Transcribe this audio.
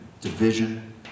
Division